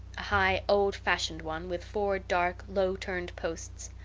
a high, old-fashioned one, with four dark, low-turned posts.